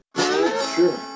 Sure